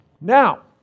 Now